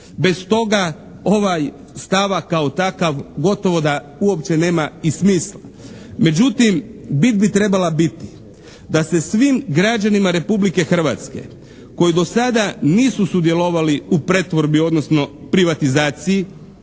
Bez toga ovaj stavak kao takav gotovo da uopće nema i smisla. Međutim bit bi trebala biti da se svim građanima Republike Hrvatske koji do sada nisu sudjelovali u pretvorbi, odnosno privatizaciji,